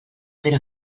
però